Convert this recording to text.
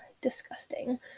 disgusting